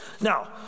Now